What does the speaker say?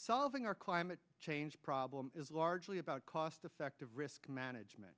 solving our climate change problem is largely about cost effective risk management